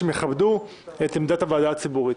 שהם יכבדו את עמדת הוועדה הציבורית.